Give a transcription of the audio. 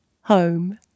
home